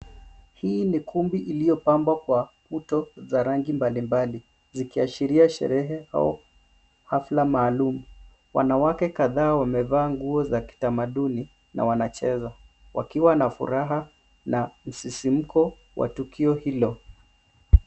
Huu ni kumbi iliyopambwa kwa vito vya rangi mbalimbali zikiashiria sherehe au hafla maaalum. Wanawake kadhaa wamevaa nguo za kitamaduni na wanacheza wakiwa na furaha na usisimko wa tukio hilo.